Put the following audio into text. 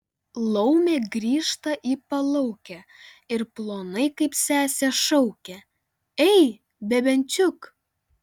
laumė grįžta į palaukę ir plonai kaip sesė šaukia ei bebenčiuk